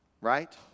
Right